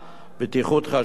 בטיחות חשמל,